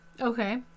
Okay